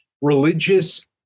religious